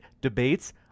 debates